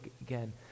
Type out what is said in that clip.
again